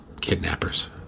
kidnappers